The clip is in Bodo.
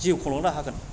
जिउ खुंलांनो हागोन